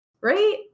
right